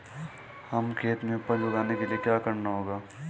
हमें खेत में उपज उगाने के लिये क्या करना होगा?